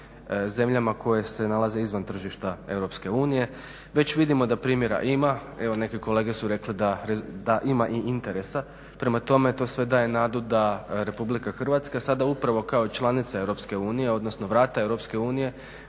zemljama koje se nalaze izvan tržišta EU, već vidimo da primjera ima, evo neke kolege su rekle da ima i interesa, prema tome to sve daje nadu da RH sada upravo kao članica EU odnosno vrata EU